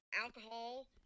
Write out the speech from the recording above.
alcohol